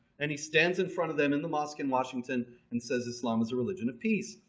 and he stands in front of them in the mosque in washington and says, islam is a religion of peace.